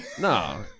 No